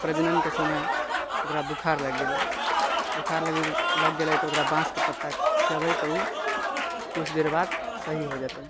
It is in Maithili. प्रजननके समय ओकरा बोखार लागि गेलै बोखार लागि गेलै तऽ ओकरा बाँसके पत्ता खिआबै तऽ ओ किछु देर बाद सही हो जेतै